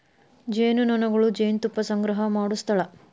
ಜೇನುನೊಣಗಳು ಜೇನುತುಪ್ಪಾ ಸಂಗ್ರಹಾ ಮಾಡು ಸ್ಥಳಾ